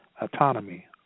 autonomy